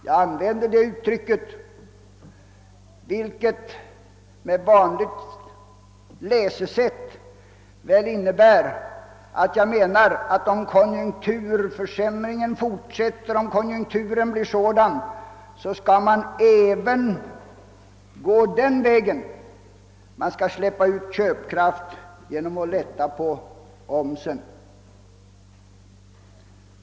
Jag använde det uttrycket, vilket med vanligt läsesätt väl innebär att jag menar att om konjunkturförsämringen fortsätter så skall man även gå den vägen att släppa ut köpkraft, att man lättar på omsen.